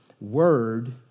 word